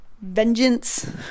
vengeance